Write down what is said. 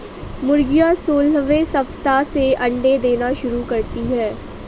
मुर्गियां सोलहवें सप्ताह से अंडे देना शुरू करती है